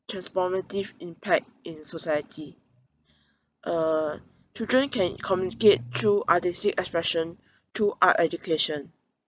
transformative impact in society uh children can communicate through artistic expression through art education